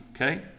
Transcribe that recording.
Okay